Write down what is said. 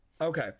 Okay